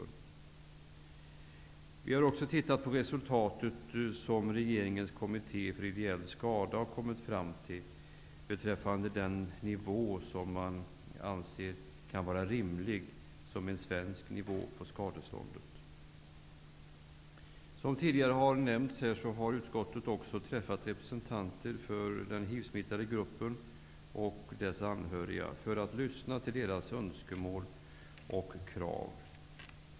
Utskottet har vidare sett på det resultat som regeringens kommitté för ideell skada har kommit fram till beträffande en rimlig svensk nivå på skadeståndet. Som tidigare här har nämnts har utskottet också träffat representanter för den hivsmittade gruppen och dess anhöriga för att lyssna till deras önskemål och krav.